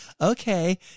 Okay